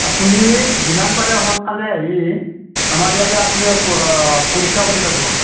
আপুনি যিমান পাৰে সোনকালে আহি আমাৰ ইয়াতে আপুনি পৰীক্ষা কৰি ল'ব